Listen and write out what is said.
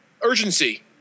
Urgency